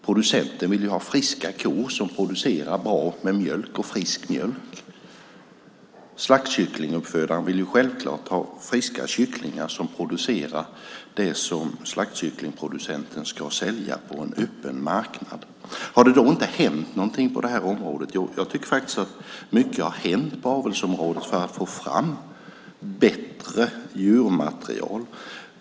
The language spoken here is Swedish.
Producenten vill ha friska kor som producerar bra med frisk mjölk. Slaktkycklinguppfödaren vill självklart ha friska kycklingar som producerar det som slaktkycklingproducenten ska sälja på en öppen marknad. Har det då inte hänt någonting på det här området? Jo, jag tycker faktiskt att mycket har hänt på avelsområdet för att få fram bättre djurmaterial.